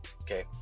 Okay